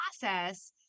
process